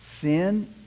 Sin